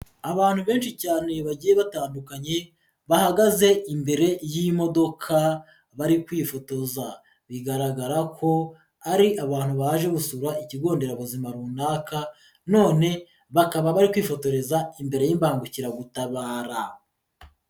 Abantu benshi cyane bagiye batandukanye bahagaze imbere y'iyomodoka bari kwifotoza, bigaragara ko ari abantu baje gushura ikigo nderabuzima runaka none bakaba bari kwifotoreza imbere y'imbangukiragutabara.